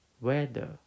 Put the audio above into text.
weather